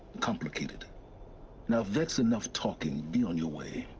complicated now that's enough talking, be on your way!